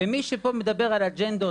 ומי שפה מדבר על אג'נדות,